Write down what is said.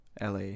LA